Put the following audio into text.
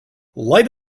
light